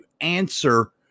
answer